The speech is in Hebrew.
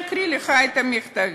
ואקריא לך את המכתבים.